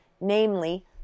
namely